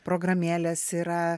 programėlės yra